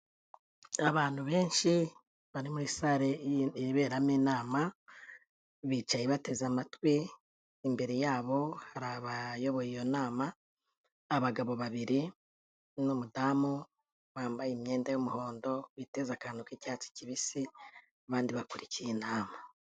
Abantu benshi bari muri sale iberamo inama bicaye bateze amatwi, imbere yabo hari abayoboye iyo nama, abagabo babiri n'umudamu wambaye imyenda y'umuhondo witeze akantu k'icyatsi kibisi, abandi bakurikiye inama.